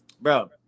bro